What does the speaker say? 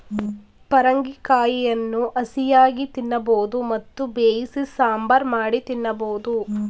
ಪರಂಗಿ ಕಾಯಿಯನ್ನು ಹಸಿಯಾಗಿ ತಿನ್ನಬೋದು ಮತ್ತು ಬೇಯಿಸಿ ಸಾಂಬಾರ್ ಮಾಡಿ ತಿನ್ನಬೋದು